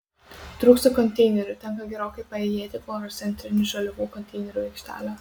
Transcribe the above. trūksta konteinerių tenka gerokai paėjėti kol rasi antrinių žaliavų konteinerių aikštelę